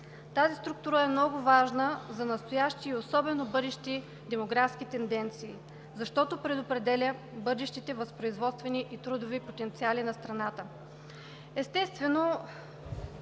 Тази структура е много важна за настоящи и особено за бъдещи демографски тенденции, защото предопределя бъдещите възпроизводствени и трудови потенциали на страната. Основните